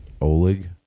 Oleg